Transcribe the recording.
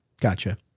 Gotcha